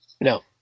No